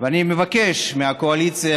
ואני מבקש מהקואליציה,